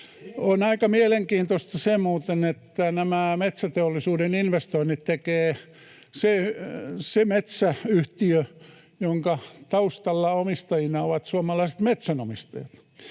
On aika mielenkiintoista muuten se, että nämä metsäteollisuuden investoinnit tekee se metsäyhtiö, jonka taustalla omistajina ovat suomalaiset metsänomistajat,